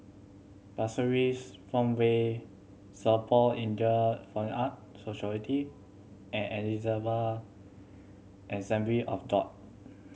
Pasir Ris Farmway Singapore Indian Fine Arts Society and Ebenezer Assembly of God